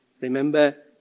Remember